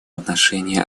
отношении